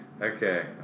Okay